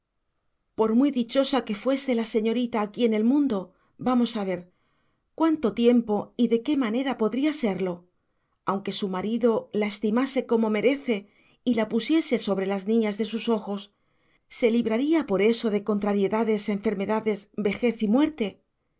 por muy dichosa que fuese la señorita aquí en el mundo vamos a ver cuánto tiempo y de qué manera podría serlo aunque su marido la estimase como merece y la pusiese sobre las niñas de sus ojos se libraría por eso de contrariedades enfermedades vejez y muerte